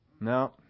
No